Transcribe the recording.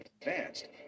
advanced